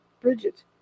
Bridget